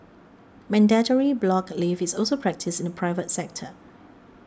mandatory block leave is also practised in private sector